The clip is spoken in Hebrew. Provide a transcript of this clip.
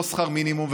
לא שכר מינימום,